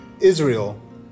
Israel